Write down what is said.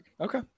Okay